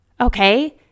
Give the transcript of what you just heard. Okay